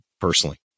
personally